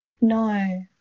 No